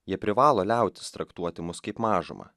jie privalo liautis traktuoti mus kaip mažumą